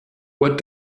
what